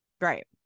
right